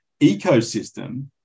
ecosystem